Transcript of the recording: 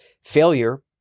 failure